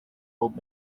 old